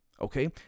Okay